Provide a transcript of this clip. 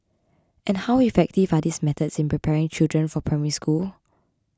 and how effective are these methods in preparing children for Primary School